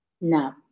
No